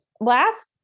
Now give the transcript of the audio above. Last